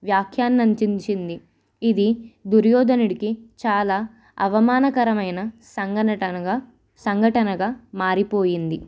వ్యాఖ్యాన్న అంతంచచింది ఇది దుర్యరోదనడికి చాలా అవమానకరమైన సఘనటనగా సంఘటనగా మారిపోయింది